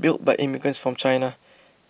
built by immigrants from China